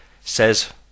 says